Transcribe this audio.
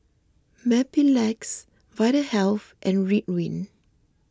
Mepilex Vitahealth and Ridwind